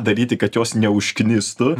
daryti kad jos neužknistų